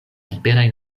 liberaj